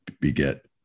beget